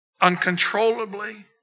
uncontrollably